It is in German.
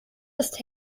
ist